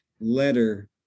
letter